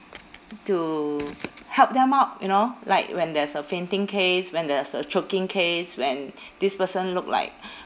to help them out you know like when there's a fainting case when there's a choking case when this person look like